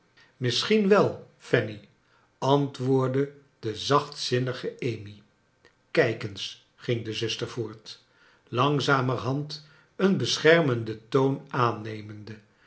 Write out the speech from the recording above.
misschien wel fanny antwoordde do zachtzinnige amy kijk eens ging de zuster voort langzamerhand een beschermenden toon aannemende